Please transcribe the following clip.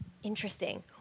Interesting